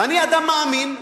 ואני אדם מאמין,